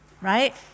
right